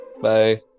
Bye